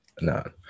No